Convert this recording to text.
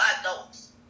adults